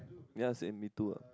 ya same me too ah